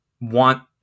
want